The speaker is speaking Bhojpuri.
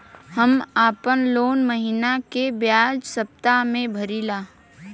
हम आपन लोन महिना के बजाय सप्ताह में भरीला